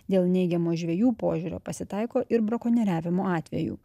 dėl neigiamo žvejų požiūrio pasitaiko ir brakonieriavimo atvejų